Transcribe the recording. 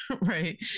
right